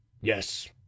yes